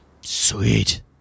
Sweet